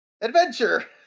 Adventure